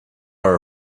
are